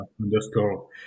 underscore